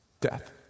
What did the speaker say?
Death